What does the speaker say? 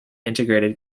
integrated